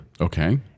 Okay